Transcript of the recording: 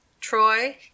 Troy